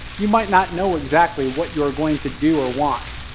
you might not know exactly what you're going to do or want,